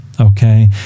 okay